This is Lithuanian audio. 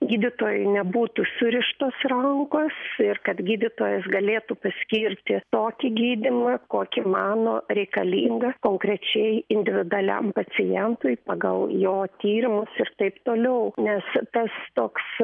gydytojui nebūtų surištos rankos ir kad gydytojas galėtų paskirti tokį gydymą kokį mano reikalingas konkrečiai individualiam pacientui pagal jo tyrimus ir taip toliau nes tas toks